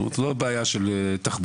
זו לא בעיה של תחבורה,